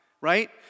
Right